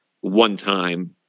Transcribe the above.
one-time